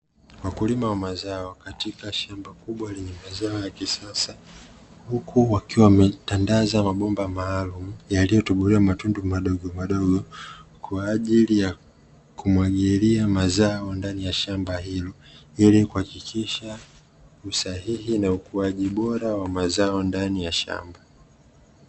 Wakulima wa mazao katika shamba kubwa lenye mazao ya kisasa, huku wakiwa wametandaza mabomba maalumu yaliyotobolewa matundu madogo madogo kwa ajili ya kumwagilia mazao ndani ya shamba hilo ili kuhakikisha usahihi na ukuaji bora wa mazao ndani ya shamba.